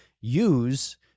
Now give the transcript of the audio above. use